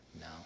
No